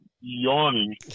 yawning